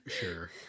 Sure